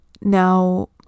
Now